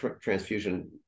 transfusion